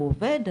הוא עובד?